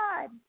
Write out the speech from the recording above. God